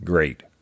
Great